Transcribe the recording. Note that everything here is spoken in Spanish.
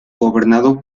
gobernado